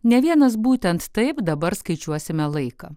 ne vienas būtent taip dabar skaičiuosime laiką